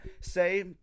Say